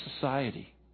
society